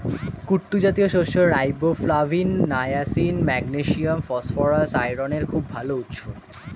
কুট্টু জাতীয় শস্য riboflavin, niacin, magnesium, phosphorus, আয়রনের খুব ভাল উৎস